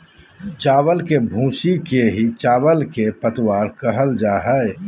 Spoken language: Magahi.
चावल के भूसी के ही चावल के पतवार कहल जा हई